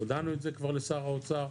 הודענו את זה כבר לשר האוצר,